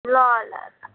ल ल त